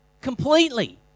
completely